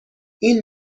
این